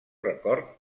record